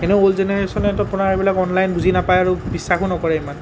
এনেও অ'ল্ড জেনেৰেশ্যনেতো আপোনাৰ এইবিলাক অনলাইন বুজি নাপায় আৰু বিশ্বাসো নকৰে ইমান